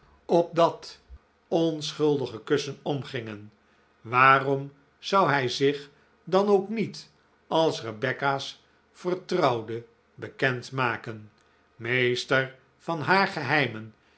op dat onschuldige kussen omgingen waarom zou hij zich dan ook niet als rebecca's vertrouwde bekend maken meester van haar geheimen